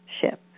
ship